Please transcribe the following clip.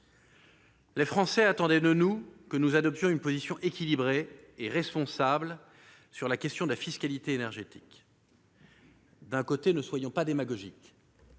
Les Français attendaient de nous que nous adoptions une position équilibrée et responsable sur la question de la fiscalité énergétique. Ne soyons pas démagogiques